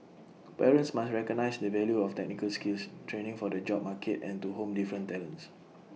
parents must recognise the value of technical skills training for the job market and to hone different talents